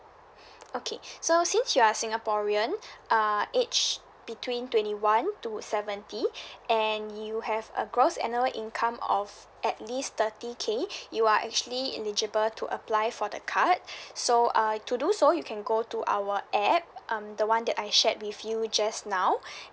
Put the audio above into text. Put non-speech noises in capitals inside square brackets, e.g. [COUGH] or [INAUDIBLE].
[BREATH] okay so since you are singaporean uh aged between twenty one to seventy and you have a gross annual income of at least thirty K you are actually in eligible to apply for the card [BREATH] so uh to do so you can go to our app um the [one] that I shared with you just now [BREATH]